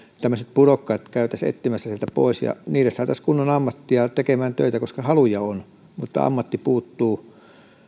tämmöiset pudokkaat käytäisiin etsimässä sieltä pois ja heille saataisiin kunnon ammatti ja heidät saataisiin tekemään töitä koska haluja on mutta ammatti puuttuu